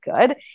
good